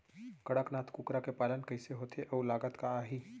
कड़कनाथ कुकरा के पालन कइसे होथे अऊ लागत का आही?